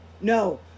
No